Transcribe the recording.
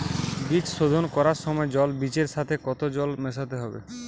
বীজ শোধন করার সময় জল বীজের সাথে কতো জল মেশাতে হবে?